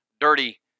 dirty